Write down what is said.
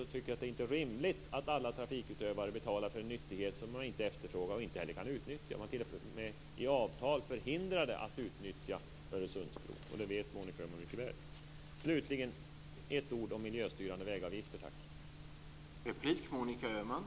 Man tycker inte att det är rimligt att alla trafikutövare ska betala för en nyttighet som de inte efterfrågar och som de inte heller kan utnyttja. De är t.o.m. i avtal förhindrade att utnyttja Öresundsbron, och det vet Monica Öhman mycket väl. Slutligen: Ett ord om miljöstyrande vägavgifter, tack!